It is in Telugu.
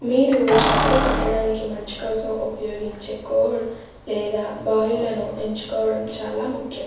మీరు చాపలు పట్టడానికి మంచి కోసం ఉపయోగించే కోడ్ లేదా బాయ్ల్లను ఎంచుకోవడం చాలా ముఖ్యం